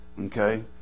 okay